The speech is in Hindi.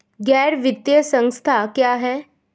गैर वित्तीय संस्था क्या है?